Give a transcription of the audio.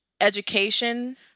education